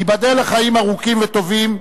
ייבדל לחיים ארוכים וטובים,